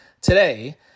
today